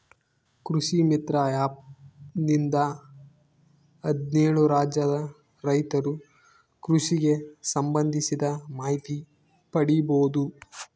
ಕೃಷಿ ಮಿತ್ರ ಆ್ಯಪ್ ನಿಂದ ಹದ್ನೇಳು ರಾಜ್ಯದ ರೈತರು ಕೃಷಿಗೆ ಸಂಭಂದಿಸಿದ ಮಾಹಿತಿ ಪಡೀಬೋದು